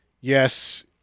yes